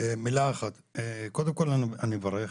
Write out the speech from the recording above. קודם כול, אני מברך.